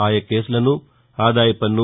ఆయా కేసులను ఆదాయ పన్ను